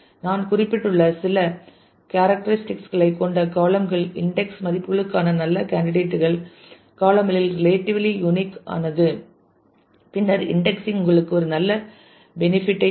நான் குறிப்பிட்டுள்ள சில கேரட்டெறிடிக் களை கொண்ட காளம் கள் இன்டெக்ஸ் மதிப்புகளுக்கான நல்ல கேண்டிடேட் கள் காளம் இல் ரிலேட்டிவ்லி யூனிக் ஆனது பின்னர் இன்டெக்ஸிங் உங்களுக்கு ஒரு நல்ல பெனிபிட் ஐ தரும்